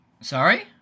Sorry